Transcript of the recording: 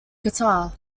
guitar